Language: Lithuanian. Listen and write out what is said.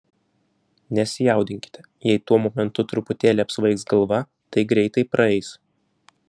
nesijaudinkite jei tuo momentu truputėlį apsvaigs galva tai greitai praeis